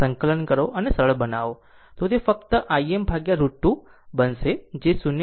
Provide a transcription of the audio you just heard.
સંકલન કરો અને સરળ બનાવો તો તે ફક્ત Im √2 બનશે જે 0